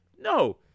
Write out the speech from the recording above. no